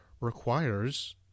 requires